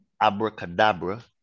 abracadabra